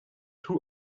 two